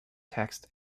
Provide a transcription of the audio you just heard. text